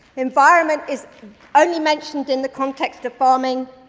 environment is only mentioned in the context of farming,